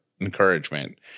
encouragement